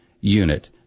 unit